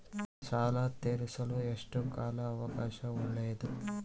ಸಾಲ ತೇರಿಸಲು ಎಷ್ಟು ಕಾಲ ಅವಕಾಶ ಒಳ್ಳೆಯದು?